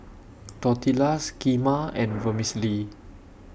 Tortillas Kheema and Vermicelli